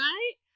Right